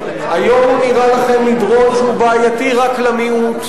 היום הוא נראה לכם מדרון שהוא בעייתי רק למיעוט,